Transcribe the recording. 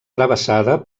travessada